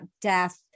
death